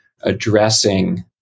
addressing